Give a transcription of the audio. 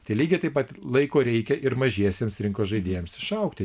tai lygiai taip pat laiko reikia ir mažiesiems rinkos žaidėjams išaugti